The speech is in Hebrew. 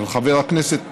של חבר הכנסת חסון,